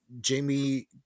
Jamie